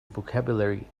vocabulary